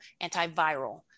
antiviral